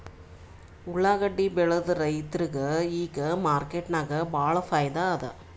ಉಳ್ಳಾಗಡ್ಡಿ ಬೆಳದ ರೈತರಿಗ ಈಗ ಮಾರ್ಕೆಟ್ನಾಗ್ ಭಾಳ್ ಫೈದಾ ಅದಾ